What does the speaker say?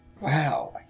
wow